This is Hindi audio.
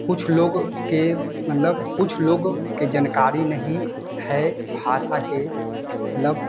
कुछ लोग के मतलब कुछ लोग को जनकारी नहीं है भाषा की मतलब